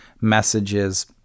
messages